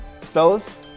fellas